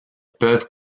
peuvent